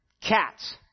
CATS